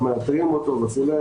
איך מעבירים אותו וכולי.